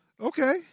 Okay